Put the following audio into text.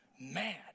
mad